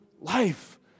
life